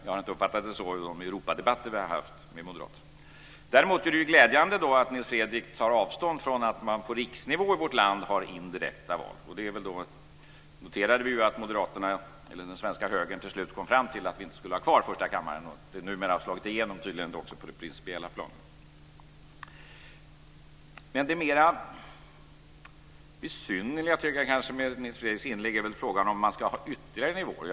Jag har inte uppfattat det så i de Europadebatter som vi har haft med moderaterna. Däremot är det glädjande att Nils Fredrik Aurelius tar avstånd från att man på riksnivå i vårt land har indirekta val. Och vi noterade att moderaterna eller den svenska högern till slut kom fram till att vi inte skulle ha kvar första kammaren. Och tydligen har det nu slagit igenom också på det principiella planet. Jag tycker att det mera besynnerliga med Nils Fredrik Aurelius inlägg är frågan om man ska ha ytterligare nivåer.